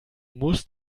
muss